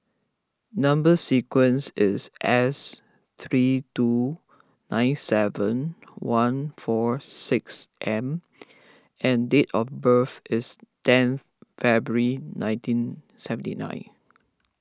Number Sequence is S three two nine seven one four six M and date of birth is ten February nineteen seventy nine